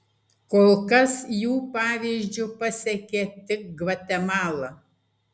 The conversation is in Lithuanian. kol kas jų pavyzdžiu pasekė tik gvatemala